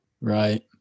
Right